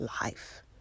life